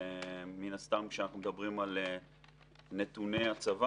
מן הסתם כשאנחנו מדברים על נתוני הצבא